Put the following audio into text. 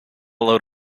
load